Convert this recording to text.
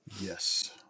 Yes